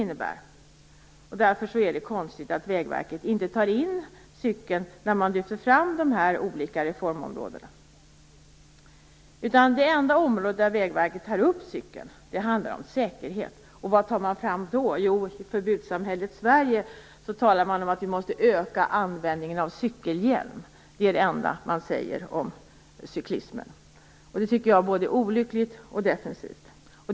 Det är därför konstigt att Vägverket inte tar med cykeln när man lyfter fram dessa olika reformområden. Det enda område där Vägverket tar upp cykeln handlar om säkerhet, och det som man då tar fram i förbudssamhället Sverige är att vi måste öka användningen av cykelhjälm. Det är det enda som man säger om cyklismen. Jag tycker att det är både olyckligt och defensivt.